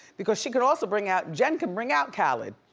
because she could also bring out, jen could bring out khaled.